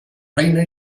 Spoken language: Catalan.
reina